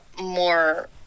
more